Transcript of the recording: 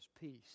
peace